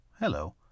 Hello